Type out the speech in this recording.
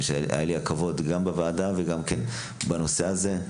היה לי הכבוד גם בוועדה וגם בנושא הזה.